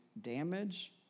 damage